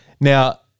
Now